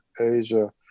asia